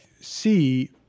see